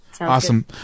Awesome